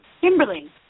Kimberly